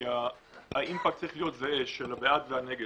כי האימפקט צריך להיות זהה, של הבעד והנגד.